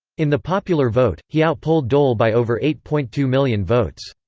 in the popular vote, he out-polled dole by over eight point two million votes.